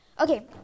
okay